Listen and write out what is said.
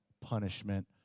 punishment